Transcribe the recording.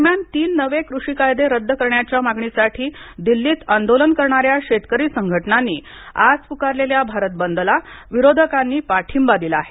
दरम्यान तीन नवे कृषी कायदे रद्द करण्याच्या मागणीसाठी दिल्लीत आंदोलन करणाऱ्या शेतकरी संघटनांनी आज प्कारलेल्या भारत बंदला विरोधकांनी पाठिंबा दिला आहे